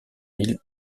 mille